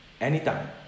anytime